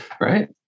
Right